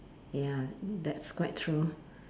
ya that's quite true